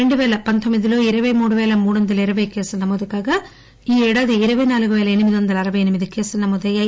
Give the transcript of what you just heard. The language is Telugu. రెండు పెయ్యి పందొమ్మిది లో ఇరపై మూడు పేల మూడు వందల ఇరవై కేసులు నమోదు కాగా ఈ ఏడాది ఇరవై నాలుగు పేల ఎనిమిది వంద అరవై ఎనిమిది కేసులు నమోదయ్యాయి